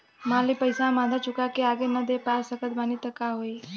मान ली पईसा हम आधा चुका के आगे न दे पा सकत बानी त का होई?